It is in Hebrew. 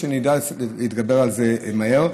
שנדע להתגבר על זה מהר.